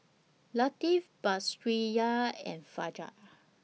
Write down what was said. Latif Batrisya and Fajar